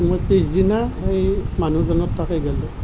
মই পিছদিনা এই মানুহজনৰ তাতে গলোঁ